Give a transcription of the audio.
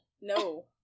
no